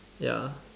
ya